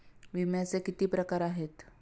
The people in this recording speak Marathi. विम्याचे किती प्रकार आहेत?